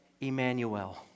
Emmanuel